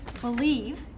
believe